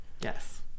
Yes